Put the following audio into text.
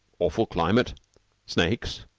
awful climate snakes,